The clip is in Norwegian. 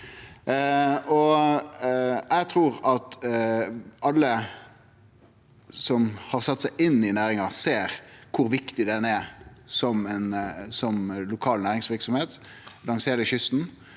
Eg trur at alle som har sett seg inn i næringa, ser kor viktig ho er som lokal næringsverksemd langs heile kysten.